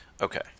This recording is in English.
Okay